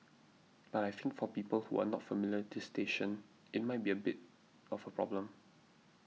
but I think for people who are not familiar this station it might be a bit of a problem